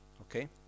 okay